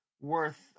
worth